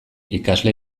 ikasle